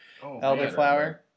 elderflower